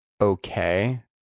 okay